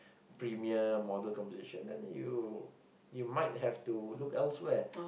premium model composition then you you might have to look elsewhere